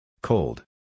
Cold